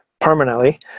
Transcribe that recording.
permanently